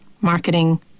marketing